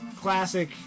classic